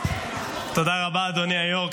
תודה רבה, אדוני היו"ר.